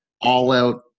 all-out